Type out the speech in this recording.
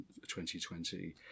2020